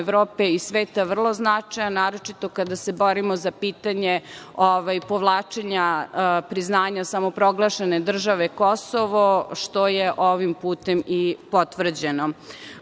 Evrope i sveta vrlo značajan, naročito kada se borimo za pitanje povlačenja priznanja samoproglašene države Kosovo, što je ovim putem i potvrđeno. Ukoliko